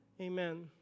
Amen